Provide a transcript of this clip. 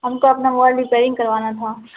ہم کو اپنا موبائل ریپیئرنگ کروانا تھا